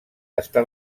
està